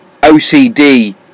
OCD